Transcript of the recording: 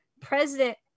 president